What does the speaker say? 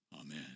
Amen